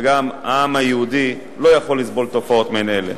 וגם העם היהודי, לא יכול לסבול תופעות מעין אלה.